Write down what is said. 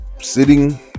sitting